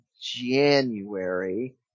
January